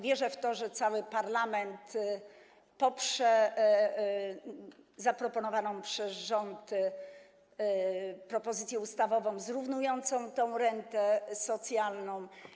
Wierzę w to, że cały parlament poprze zaproponowaną przez rząd propozycję ustawową zrównującą tę rentę socjalną.